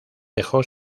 dejó